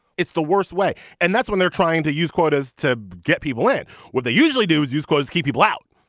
it's the worst way. and that's when they're trying to use quotas to get people in what they usually do is use quotas keep people out.